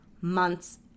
months